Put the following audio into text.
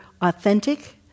authentic